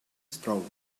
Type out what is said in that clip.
straw